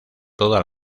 toda